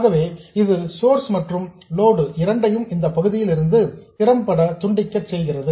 ஆகவே இது சோர்ஸ் மற்றும் லோடு இரண்டையும் இந்த பகுதியிலிருந்து திறம்பட துண்டிக்க செய்கிறது